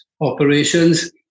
operations